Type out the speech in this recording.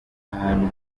ahantu